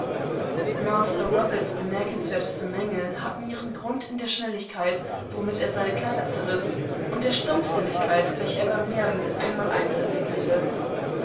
bemerkenswerteste mängel hatten ihren grund in der schnelligkeit womit er seine kleider zerriß und der stumpfsinnigkeit welche er beim lernen des einmaleinsentwickelte